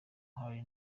hari